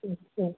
ಸರಿ ಸರಿ